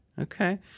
Okay